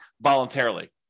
voluntarily